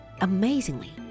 Amazingly